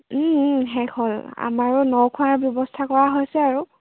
শেষ হ'ল আমাৰো ন খোৱাৰ ব্যৱস্থা কৰা হৈছে আৰু